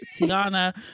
Tiana